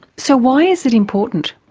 so why is it important?